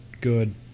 Good